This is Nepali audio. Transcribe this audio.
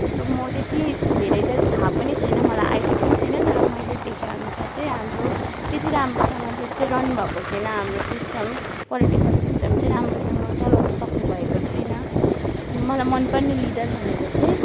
सो म त्यति धेरै त थाहा पनि छैन मलाई आइडिया पनि छैन तर मैले देखेअनुसार चाहिँ हाम्रो त्यति राम्रोसँगले चाहिँ रन भएको छैन हाम्रो सिस्टम पोलिटिकल सिस्टम चाहिँ राम्रोसँग चलाउनु सक्नुभएको छैन मलाई मनपर्ने लिडर भनेको चाहिँ